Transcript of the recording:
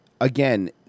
Again